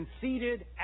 conceded